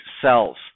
cells